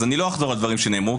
אני לא אחזור על דברים שנאמרו,